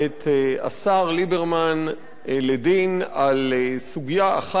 השר ליברמן לדין על סוגיה אחת בלבד,